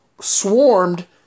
swarmed